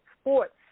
sports